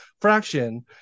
fraction